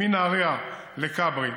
מנהריה לכברי,